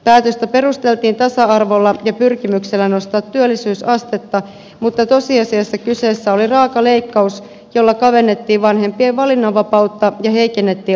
päätöstä perusteltiin tasa arvolla pyrkimyksenä nostaa työllisyysastetta mutta tosiasiassa kyseessä oli raaka leikkaus jolla kavennettiin vanhempien valinnanvapautta ja heikennettiin